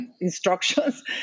instructions